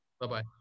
Bye-bye